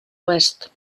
oest